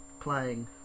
playing